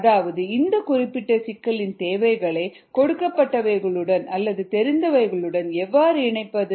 அதாவது இந்த குறிப்பிட்ட சிக்கலின் தேவைகளை கொடுக்கப்பட்டவைகளுடன் அல்லது தெரிந்தவைகளுடன் எவ்வாறு இணைப்பது